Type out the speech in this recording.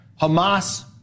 Hamas